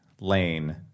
Lane